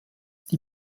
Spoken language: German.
die